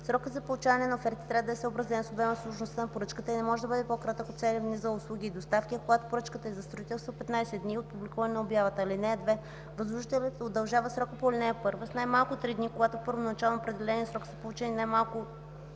Срокът за получаване на оферти трябва да е съобразен с обема и сложността на поръчката и не може да бъде по-кратък от 7 дни за услуги и доставки, а когато поръчката е за строителство – 15 дни, от публикуването на обявата. (2) Възложителят удължава срока по ал. 1 с най-малко три дни, когато в първоначално определения срок са получени по-малко